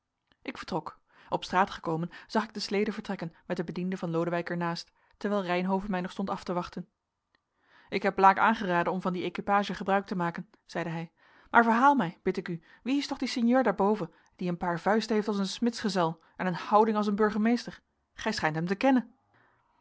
ik vertrok op straat gekomen zag ik de slede vertrekken met den bediende van lodewijk er naast terwijl reynhove mij nog stond af te wachten ik heb blaek aangeraden om van die équipage gebruik te maken zeide hij maar verhaal mij bid ik u wie is toch die sinjeur daarboven die een paar vuisten heeft als een smidsgezel en een houding als een burgemeester gij schijnt hem te kennen